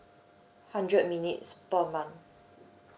hundred minutes per month